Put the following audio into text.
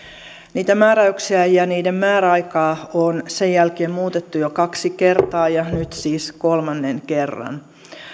niitä määräyksiä ja niiden määräaikaa on sen jälkeen muutettu jo kaksi kertaa ja nyt siis kolmannen kerran